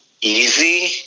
easy